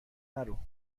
نرو